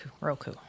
Roku